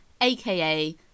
aka